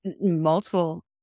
multiple